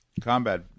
combat